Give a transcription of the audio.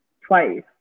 twice